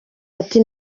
ati